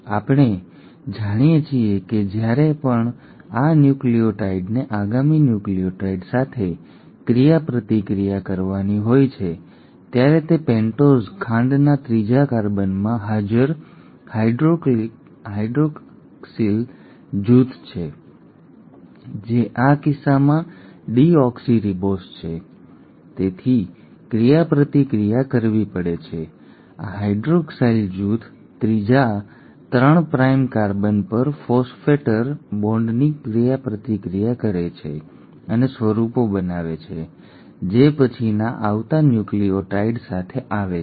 હવે આપણે જાણીએ છીએ કે જ્યારે પણ આ ન્યુક્લિઓટાઇડને આગામી ન્યુક્લિઓટાઇડ સાથે ક્રિયાપ્રતિક્રિયા કરવાની હોય છે ત્યારે તે પેન્ટોઝ ખાંડના ત્રીજા કાર્બનમાં હાજર હાઇડ્રોક્સિલ જૂથ છે જે આ કિસ્સામાં ડીઓક્સિરીબોઝ છે તેને ક્રિયાપ્રતિક્રિયા કરવી પડે છે આ હાઇડ્રોક્સાઇલ જૂથ ત્રીજા 3 પ્રાઇમ કાર્બન પર ફોસ્ફેટર બોન્ડની ક્રિયાપ્રતિક્રિયા કરે છે અને સ્વરૂપો બનાવે છે જે પછીના આવતા ન્યુક્લિઓટાઇડ સાથે આવે છે